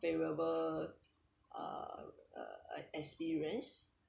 favorable uh uh experience